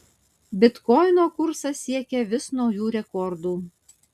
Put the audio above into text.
bitkoino kursas siekia vis naujų rekordų